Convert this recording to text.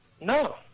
No